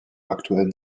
aktuellen